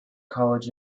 college